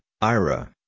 Ira